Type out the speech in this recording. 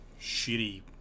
shitty